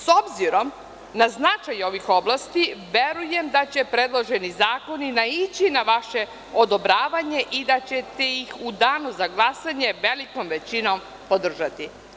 S obzirom na značaj ovih oblasti, verujem da će predloženi zakoni naići na vaše odobravanje i da ćete ih u Danu za glasanje velikom većinom podržati.